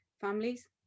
families